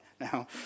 now